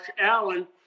Allen